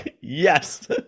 Yes